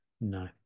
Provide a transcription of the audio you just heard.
No